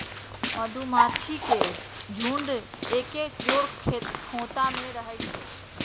मधूमाछि के झुंड एके जौरे ख़ोता में रहै छइ